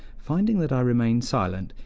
finding that i remained silent,